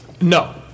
No